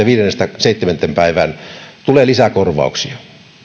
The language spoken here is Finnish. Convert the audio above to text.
viidennestä seitsemänteen päivään lisäkorvauksia